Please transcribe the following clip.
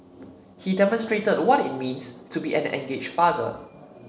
he demonstrated what it means to be an engaged father